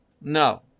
No